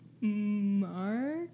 Mark